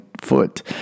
foot